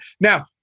Now